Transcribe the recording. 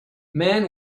man